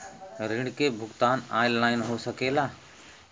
ऋण के भुगतान ऑनलाइन हो सकेला?